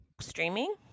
streaming